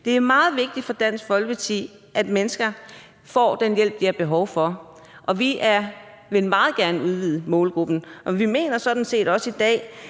Det er meget vigtigt for Dansk Folkeparti, at mennesker får den hjælp, de har behov for, og vi vil meget gerne udvide målgruppen. Vi mener sådan set også, at